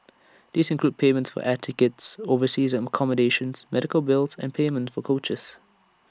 these include payments for air tickets overseas accommodations medical bills and payment for coaches